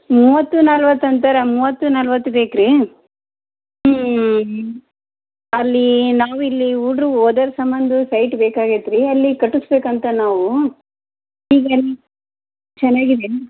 ಮೂವತ್ತು ನಲವತ್ತು ಅಂತರ ಮೂವತ್ತು ನಲವತ್ತು ಬೇಕು ರೀ ಅಲ್ಲಿ ನಾವು ಇಲ್ಲಿ ಹುಡುಗ್ರು ಓದೋ ಸಂಬಂಧ ಸೈಟ್ ಬೇಕಾಗೈತ್ರಿ ಅಲ್ಲಿ ಕಟಸ್ಬೇಕಂತ ನಾವು ಈಗ ಅಲ್ಲಿ ಚೆನ್ನಾಗಿದೆ ಏನು